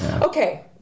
Okay